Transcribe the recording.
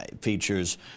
features